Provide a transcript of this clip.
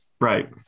Right